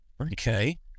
Okay